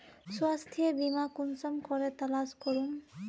स्वास्थ्य बीमा कुंसम करे तलाश करूम?